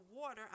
water